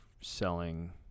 selling